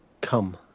Come